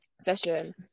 session